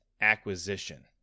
acquisition